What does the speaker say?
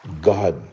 God